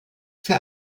für